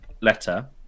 letter